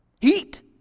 Heat